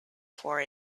for